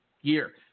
year